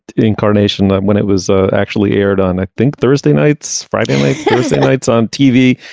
incarnation when it was ah actually aired on i think thursday nights friday nights on tv.